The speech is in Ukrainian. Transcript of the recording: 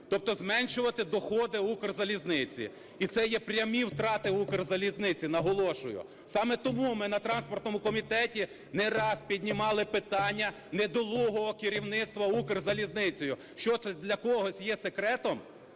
тобто зменшувати доходи "Укрзалізниці". І це є прямі втрати "Укрзалізниці", наголошую. Саме тому ми на транспортному комітеті не раз піднімали питання недолугого керівництва "Укрзалізницею". Що, це для когось є секретом,